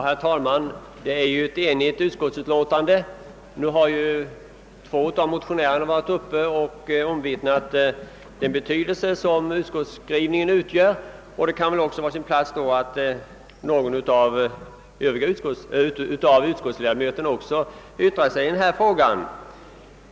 Herr talman! I denna fråga föreligger ett enhälligt utskottsutlåtande. Två av motionärerna har omvittnat den betydelse som utskottsskrivningen har, och det kan då vara på sin plats att även någon av utskottsrepresentanterna yttrar sig i denna fråga.